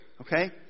Okay